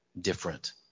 different